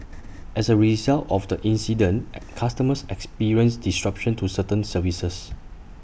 as A result of the incident customers experienced disruption to certain services